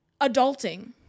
adulting